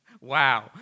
Wow